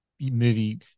movie